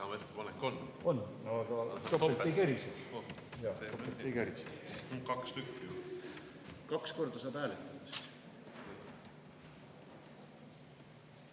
Kaks korda saab hääletada